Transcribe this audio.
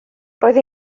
roedd